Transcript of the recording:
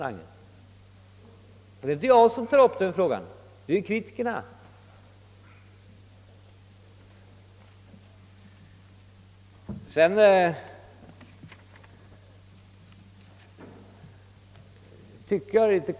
Det är inte jag som tagit upp den frågan; det är kritikerna som gjort det.